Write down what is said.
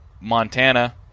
montana